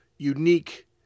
unique